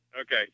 Okay